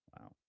Wow